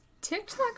TikTok